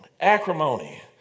Acrimony